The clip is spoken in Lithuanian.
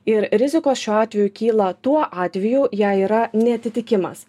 ir rizikos šiuo atveju kyla tuo atveju jei yra neatitikimas